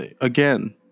again